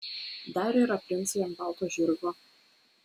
dar yra princai ant balto žirgo